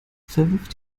verwirf